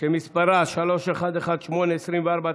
שמספרה 3118/24,